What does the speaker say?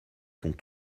font